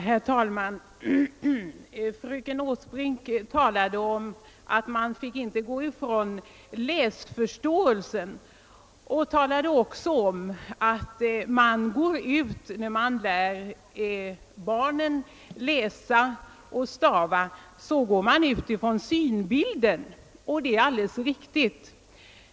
Herr talman! Fröken Åsbrink sade att man måste ta hänsyn till läsförståelsen och att man när man lär barn läsa och stava utgår från synbilden. Det är alldeles riktigt.